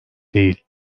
değil